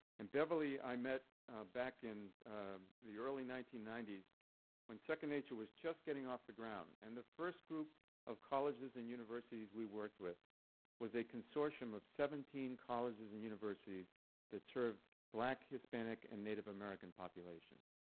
and beverly i met back in the early nineteen ninety s when second nature was just getting off the ground. and the first group of colleges and universities we worked with was a consortium of seventeen colleges and universities that served black, hispanic, and native american populations.